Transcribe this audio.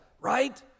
right